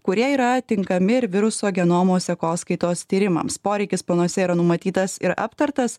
kurie yra tinkami ir viruso genomo sekoskaitos tyrimams poreikis planuose yra numatytas ir aptartas